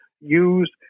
use